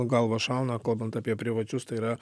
į galvą šauna kalbant apie privačius tai yra